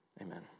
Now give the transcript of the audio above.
Amen